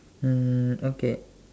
mm okay